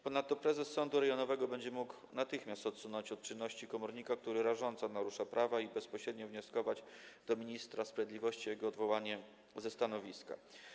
Ponadto prezes sądu rejonowego będzie mógł natychmiast odsunąć od czynności komornika, który rażąco narusza prawo, i bezpośrednio wnioskować do ministra sprawiedliwości o jego odwołanie ze stanowiska.